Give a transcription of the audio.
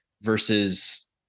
versus